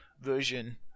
version